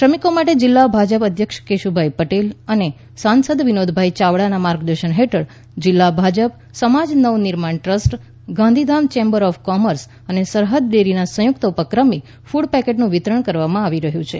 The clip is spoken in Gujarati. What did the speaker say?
શ્રમિકો માટે જિલ્લા ભાજપ અધ્યક્ષ કેશુભાઈ પટેલ અને સાંસદ વિનોદભાઈ ચાવડાના માર્ગદર્શન હેઠળ જિલ્લા ભાજપ સમાજ નવનિર્માણ trust Gandhidham chamber of commerce અને સરહદ ડેરીના સંયુકત ઉપક્રમે ફડ પેકેટનું વિતરણ કરવામાં આવી રહ્યું છે